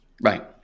Right